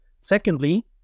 Secondly